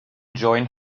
join